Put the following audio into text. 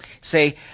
Say